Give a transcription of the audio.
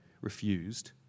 refused